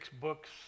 books